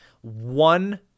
one